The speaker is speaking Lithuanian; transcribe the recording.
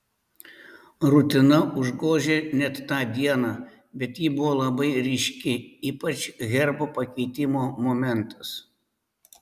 rutina užgožė net tą dieną bet ji buvo labai ryški ypač herbo pakeitimo momentas